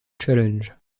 challenge